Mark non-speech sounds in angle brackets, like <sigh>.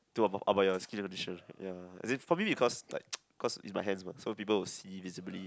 to about about your skin condition ya as in for me because like <noise> cause is my hands mah so people will see visibly